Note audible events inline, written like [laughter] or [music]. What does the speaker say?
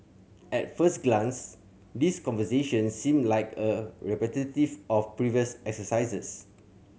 at first glance these conversations seem like a [unintelligible] of previous exercises